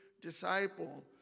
disciple